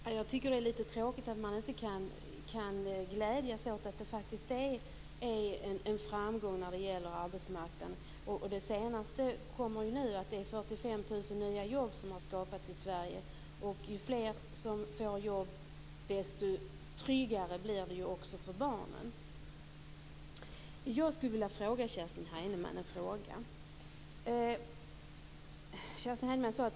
Herr talman! Jag tycker att det är litet tråkigt att man inte kan glädjas åt att det faktiskt är en framgång när det gäller arbetsmarknaden. De senaste siffrorna säger att 45 000 nya jobb har skapats i Sverige. Ju fler som får jobb, desto tryggare blir det också för barnen. Jag skulle vilja ställa en fråga till Kerstin Heinemann.